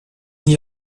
n’y